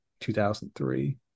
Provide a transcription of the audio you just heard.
2003